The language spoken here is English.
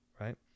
right